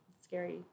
scary